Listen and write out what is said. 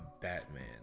Batman